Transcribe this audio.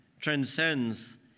transcends